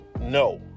no